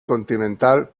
continental